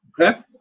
Okay